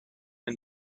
and